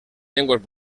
llengües